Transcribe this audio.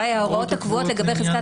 אולי ההוראות הקבועות לגבי חזקת